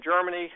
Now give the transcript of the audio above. Germany